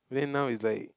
then now is like